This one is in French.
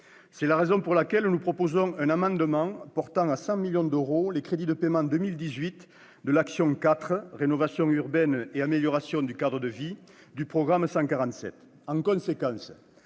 C'est la raison pour laquelle nous proposons un amendement portant à 100 millions d'euros les crédits de paiement pour 2018 de l'action n° 04, Rénovation urbaine et amélioration du cadre de vie, du programme 147. En conséquence,